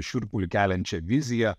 šiurpulį keliančią viziją